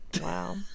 wow